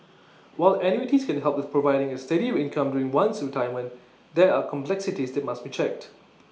while annuities can help with providing A steady income during one's retirement there are complexities that must be checked